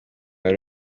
buri